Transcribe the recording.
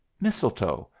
mistletoe,